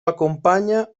acompaña